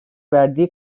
verdiği